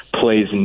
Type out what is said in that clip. plays